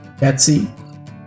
etsy